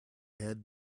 head